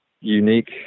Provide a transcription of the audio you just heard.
unique